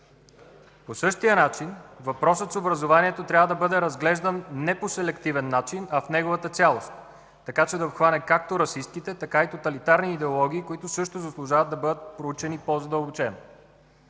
По същия начин въпросът с образованието трябва да бъде разглеждан не по селективен начин, а в неговата цялост, така че да обхване както расистките, така и тоталитарни идеологии, които също заслужават да бъдат проучени по-задълбочено.